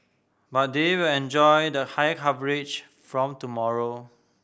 but they will enjoy the higher coverage from tomorrow